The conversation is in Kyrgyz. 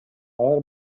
алар